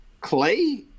Clay